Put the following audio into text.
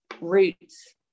roots